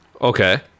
Okay